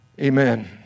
Amen